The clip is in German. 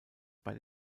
bei